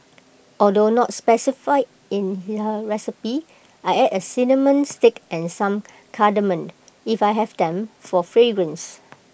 although not specified in her recipe I add A cinnamon stick and some cardamom if I have them for fragrance